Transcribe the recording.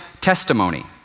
testimony